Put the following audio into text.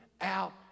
out